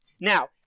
now